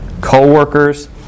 co-workers